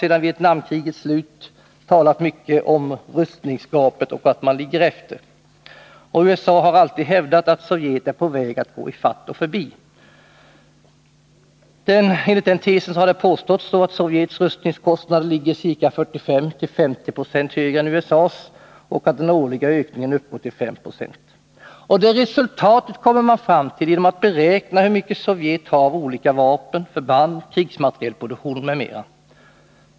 Efter Vietnamkrigets slut har man talat mycket om rustningsgapet och att man ligger efter. USA har alltid hävdat att Sovjetunionen är på väg att gå i fatt och förbi. Enligt den tesen har det påståtts att Sovjets rustningskostnader ligger ca 45-50 90 högre än USA:s och att den årliga ökningen uppgår till 5 7. Det resultatet kommer man fram till genom att beräkna hur mycket Sovjet har av olika vapen, förband, krigsmaterielproduktion m.m.